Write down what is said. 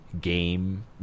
game